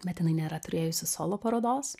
bet jinai nėra turėjusi solo parodos